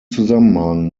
zusammenhang